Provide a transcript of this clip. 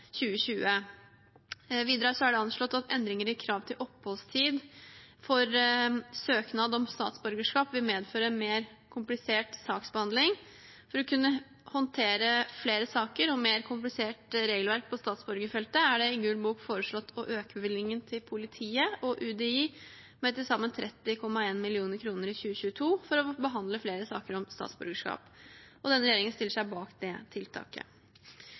2020. Videre er det anslått at endringer i krav til oppholdstid for søknad om statsborgerskap vil medføre mer komplisert saksbehandling. For å kunne håndtere flere saker og et mer komplisert regelverk på statsborgerfeltet er det i Gul bok foreslått å øke bevilgningen til politiet og UDI med til sammen 30,1 mill. kr i 2022, altså for å behandle flere saker om statsborgerskap. Denne regjeringen stiller seg bak det tiltaket.